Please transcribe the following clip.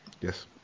Yes